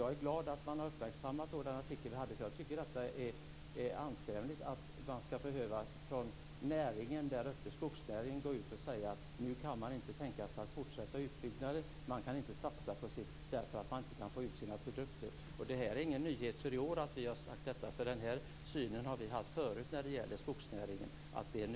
Jag är glad att artikeln har uppmärksammats, för jag tycker att det är anskrämligt att skogsnäringen där uppe ska behöva gå ut och säga att man nu inte kan tänka sig att fortsätta utbyggnaden eller satsa därför att man inte kan få ut sina produkter. Det är ingen nyhet för i år att vi har sagt detta. Denna syn - att det är nödvändigt att satsa - har vi haft förut när det gäller skogsnäringen.